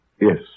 yes